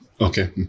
okay